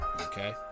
Okay